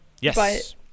Yes